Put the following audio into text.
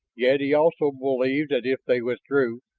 yet he also believed that if they withdrew,